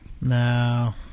No